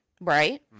Right